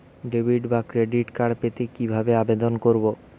Debit বা credit card পেতে কি ভাবে আবেদন করব?